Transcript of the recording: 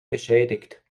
beschädigt